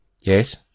Yes